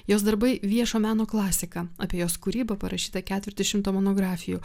jos darbai viešo meno klasika apie jos kūrybą parašyta ketvirtis šimto monografijų